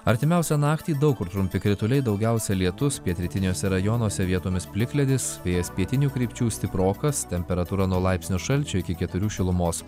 artimiausią naktį daug kur trumpi krituliai daugiausia lietus pietrytiniuose rajonuose vietomis plikledis vėjas pietinių krypčių stiprokas temperatūra nuo laipsnio šalčio iki keturių šilumos